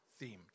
themed